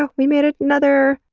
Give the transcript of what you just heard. ah we made another!